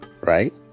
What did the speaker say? right